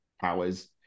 powers